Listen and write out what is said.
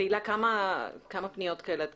תהלה, כמה פניות כאלה קיבלת?